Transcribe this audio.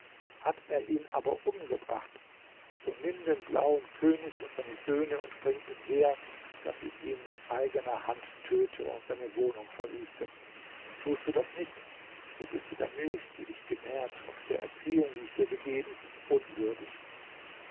hat er ihn aber umgebracht so nimm den blauen könig und seine söhne und bring ihn her daß ich ihn mit eigener hand töte und seine wohnung verwüste tust du das nicht so bist du der milch die dich genährt und der erziehung die ich dir gegeben unwürdig